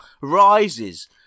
rises